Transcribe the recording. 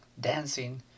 dancing